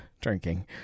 drinking